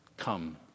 come